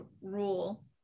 rule